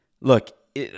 look